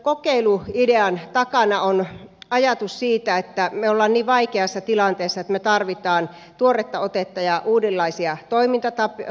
tämän kokeiluidean takana on ajatus siitä että me olemme niin vaikeassa tilanteessa että me tarvitsemme tuoretta otetta ja uudenlaisia toimintatapoja